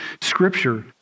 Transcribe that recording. scripture